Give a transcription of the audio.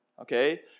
Okay